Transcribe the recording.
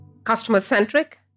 Customer-centric